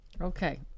Okay